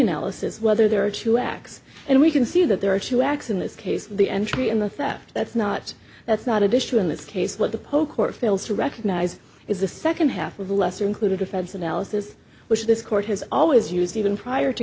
analysis whether there are two acts and we can see that there are two acts in this case the entry in the theft that's not that's not additional in this case what the polk or fails to recognize is the second half of lesser included offense analysis which this court has always used even prior to